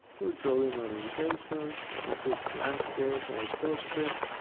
your drawing orientation if it's landscape or portrait,